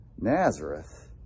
Nazareth